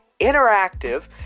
interactive